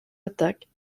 attaque